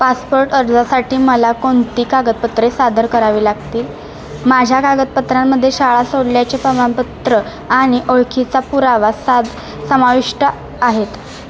passport अर्जासाठी मला कोणती कागदपत्रे सादर करावी लागतील माझ्या कागदपत्रांमध्ये शाळा सोडल्याचे प्रमाणपत्र आणि ओळखीचा पुरावा साद समाविष्ट आहेत